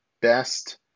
best